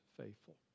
faithful